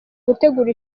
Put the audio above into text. gutegura